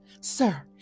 Sir